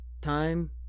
Time